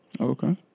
Okay